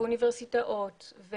אוניברסיטאות,